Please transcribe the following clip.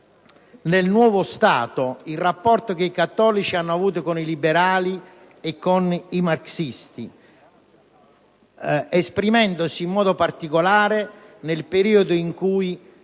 nel nuovo Stato, il rapporto che i cattolici hanno avuto con i liberali e con i marxisti, esprimendosi in modo particolare nel periodo dell'unità